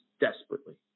desperately